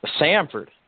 Samford